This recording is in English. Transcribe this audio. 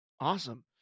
Awesome